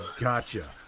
Gotcha